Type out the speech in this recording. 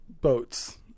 boats